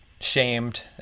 shamed